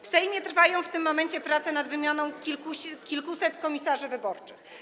W Sejmie trwają w tym momencie prace nad wymianą kilkuset komisarzy wyborczych.